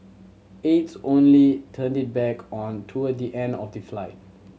aides only turned it back on toward the end of the flight